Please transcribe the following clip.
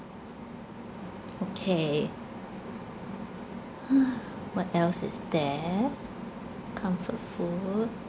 okay !huh! what else is there comfort food